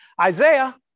Isaiah